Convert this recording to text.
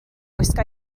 gwisgo